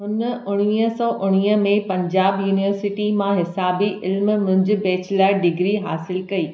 हुन उणिवीह सौ उणिवीह में पंजाब यूनिवर्सिटी मां हिसाबी इल्म मंझि बैचलर डिग्री हासिलु कई